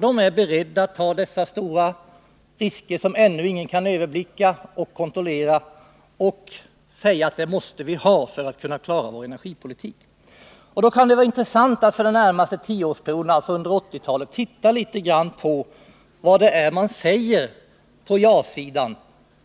De är beredda att ta dessa stora risker, som ingen ännu kan överblicka och kontrollera, och de säger att vi måste göra det för att kunna klara vår energipolitik. När det gäller energitillförseln den närmaste tioårsperioden, dvs. under 1980-talet, kan det vara intressant att titta litet på vad man säger på ja-sidan